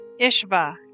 Ishva